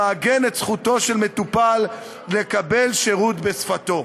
המעגן את זכותו של מטופל לקבל שירות בשפתו".